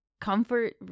comfort